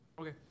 Okay